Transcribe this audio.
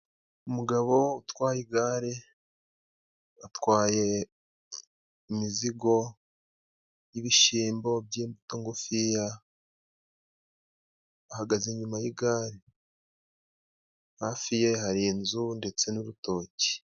Umugabo utwaye igare atwaye imizigo y'ibishyimbo by'imbuto ngufiya, ahagaze inyuma yigare hafi ye hari inzu ndetse n'urutoki.